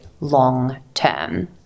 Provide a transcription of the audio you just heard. long-term